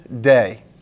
day